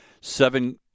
seven